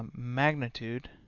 magnitude,